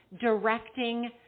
directing